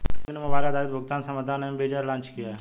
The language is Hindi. किस बैंक ने मोबाइल आधारित भुगतान समाधान एम वीज़ा लॉन्च किया है?